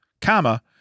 comma